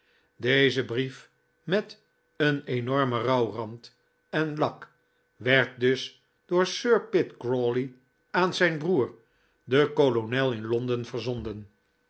deze brief met een enormen rouwrand en lak werd dus door sir pitt crawley aan zijn broer den kolonel in londen verzonden